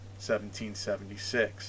1776